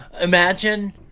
Imagine